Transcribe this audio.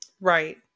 Right